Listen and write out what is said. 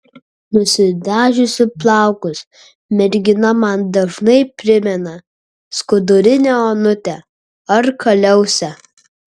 nusidažiusi plaukus mergina man dažnai primena skudurinę onutę ar kaliausę